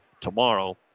tomorrow